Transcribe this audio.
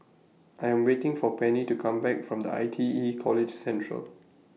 I Am waiting For Penny to Come Back from The I T E College Central